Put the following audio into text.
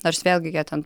nors vėlgi jie ten